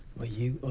well you